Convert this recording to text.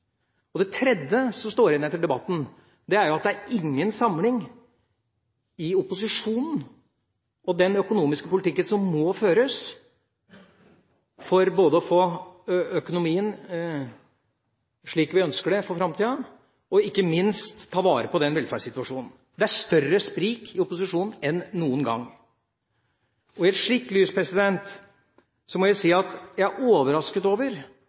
tilbake. Det tredje som står igjen etter debatten, er jo at det i opposisjonen ikke er noen samling om den økonomiske politikken som må føres for å få økonomien slik vi ønsker den i framtida, og ikke minst for å ta vare på velferdssituasjonen. Det er større sprik i opposisjonen enn noen gang. I et slikt lys må jeg si at jeg er overrasket over